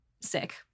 sick